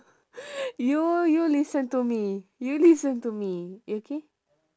you you listen to me you listen to me okay